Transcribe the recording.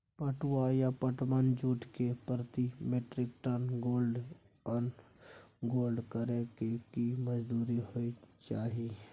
पटुआ या पटसन, जूट के प्रति metric ton load unload करै के की मजदूरी होय चाही?